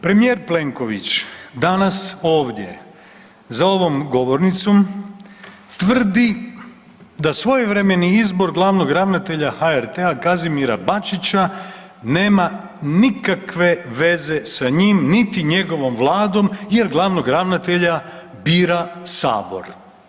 Premijer Plenković danas ovdje za ovom govornicom tvrdi da svojevremeni izbor glavnog ravnatelja HRT-a Kazimira Bačića nema nikakve veze s njim, niti njegovom Vladom jer glavnog ravnatelja bira Sabor.